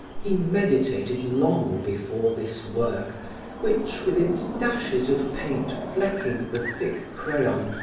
he meditated long before this work which with its dashes of paint flecking the thick crayon,